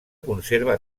conserva